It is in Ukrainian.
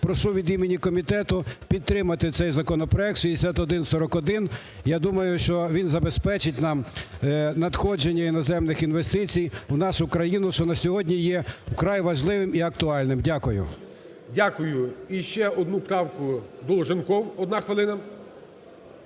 прошу від імені комітету підтримати цей законопроект 6141. Я думаю, що він забезпечить нам надходження іноземних інвестицій в нашу країну, що на сьогодні є вкрай важливим і актуальним. Дякую. ГОЛОВУЮЧИЙ. Дякую. І ще одну правку. Долженков, одна хвилина.